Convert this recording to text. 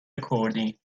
کردی